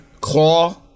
Claw